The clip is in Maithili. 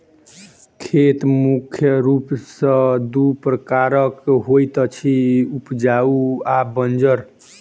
खेत मुख्य रूप सॅ दू प्रकारक होइत अछि, उपजाउ आ बंजर